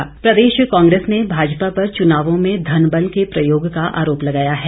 कुलदीप राठौर प्रदेश कांग्रेस ने भाजपा पर चुनावों में धन बल के प्रयोग का आरोप लगाया है